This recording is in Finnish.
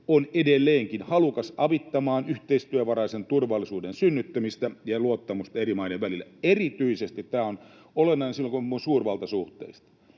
on edelleenkin halukas avittamaan yhteistyövaraisen turvallisuuden synnyttämistä ja luottamusta eri maiden välillä. Tämä on olennaista erityisesti silloin, kun on kyse suurvaltasuhteista.